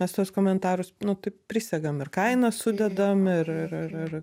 mes tuos komentarus nu taip prisegam ir kainą sudedam ir ir ir ir